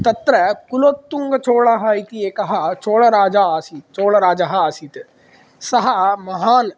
तत्र कुलोत्तुङ्गचोलः इति एकः चोलराजा आसीत् चोलराजाः आसीत् सः महान्